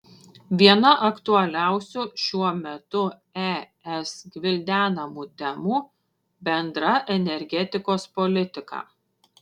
viena aktualiausių šiuo metu es gvildenamų temų bendra energetikos politika